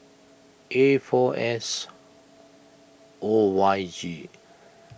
A four S O Y G